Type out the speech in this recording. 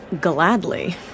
Gladly